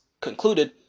concluded